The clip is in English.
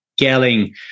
Gelling